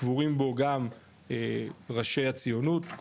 קבורים בו גם ראשי הציונות,